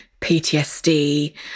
PTSD